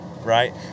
Right